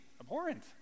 abhorrent